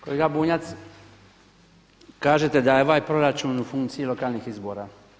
Kolega Bunjac, kažete da je ovaj proračun u funkciji lokalnih izbora.